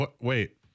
wait